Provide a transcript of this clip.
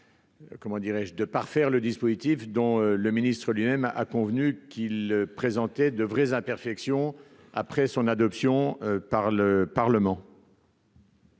de parfaire le dispositif, dont le ministre lui-même a convenu qu'ils présentaient, de vrais imperfections après son adoption par le Parlement.